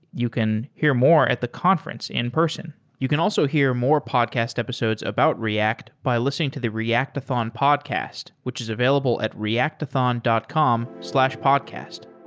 you can hear more at the conference in person you can also hear more podcast episodes about react by listening to the reactathon podcast, which is available at reactathon dot com podcast